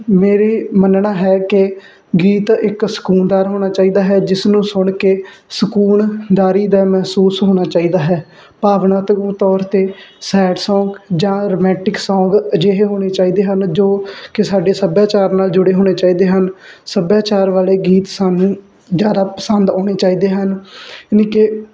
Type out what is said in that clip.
ਮੇਰੀ ਮੰਨਣਾ ਹੈ ਕਿ ਗੀਤ ਇੱਕ ਸਕੂਨਦਾਰ ਹੋਣਾ ਚਾਹੀਦਾ ਹੈ ਜਿਸ ਨੂੰ ਸੁਣ ਕੇ ਸਕੂਨਦਾਰੀ ਦਾ ਮਹਿਸੂਸ ਹੋਣਾ ਚਾਹੀਦਾ ਹੈ ਭਾਵਨਾਤਮਕ ਤੌਰ ਤੇ ਸੈਡ ਸੌਂਗ ਜਾਂ ਰੋਮੈਂਟਿਕ ਸੌਂਗ ਅਜਿਹੇ ਹੋਣੇ ਚਾਹੀਦੇ ਹਨ ਜੋ ਕਿ ਸਾਡੇ ਸੱਭਿਆਚਾਰ ਨਾਲ ਜੁੜੇ ਹੋਣੇ ਚਾਹੀਦੇ ਹਨ ਸੱਭਿਆਚਾਰ ਵਾਲੇ ਗੀਤ ਸਾਨੂੰ ਜਿਆਦਾ ਪਸੰਦ ਆਉਣੇ ਚਾਹੀਦੇ ਹਨ ਜਾਨੀ ਕਿ